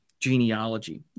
genealogy